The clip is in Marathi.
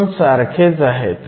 हे दोन सारखेच आहेत